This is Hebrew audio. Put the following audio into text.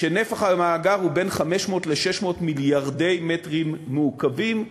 ונפח המאגר הוא בין 500 ל-600 מיליארדי מטרים מעוקבים,